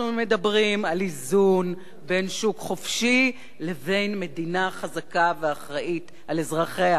אנחנו מדברים על איזון בין שוק חופשי לבין מדינה חזקה ואחראית לאזרחיה,